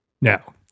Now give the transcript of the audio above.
Now